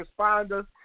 responders